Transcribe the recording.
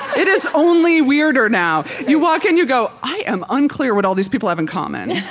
it is only weirder now. you walk in, you go, i am unclear what all these people have in common.